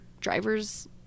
driver's